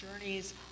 journeys